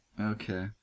Okay